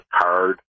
card